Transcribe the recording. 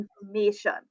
information